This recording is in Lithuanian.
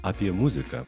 apie muziką